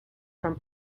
from